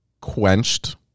quenched